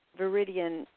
Viridian